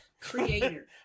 creator